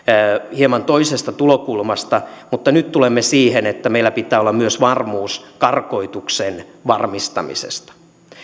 hieman toisesta tulokulmasta mutta nyt tulemme siihen että meillä pitää olla varmuus karkotuksen varmistamisesta